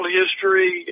history